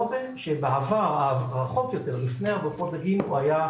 רואים פה את ההרחבה של כל הבינוי שהוצע,